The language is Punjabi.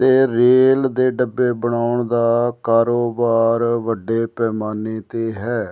ਅਤੇ ਰੇਲ ਦੇ ਡੱਬੇ ਬਣਾਉਣ ਦਾ ਕਾਰੋਬਾਰ ਵੱਡੇ ਪੈਮਾਨੇ 'ਤੇ ਹੈ